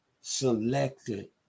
selected